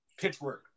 Pitchwork